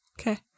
Okay